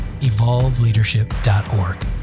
evolveleadership.org